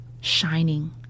shining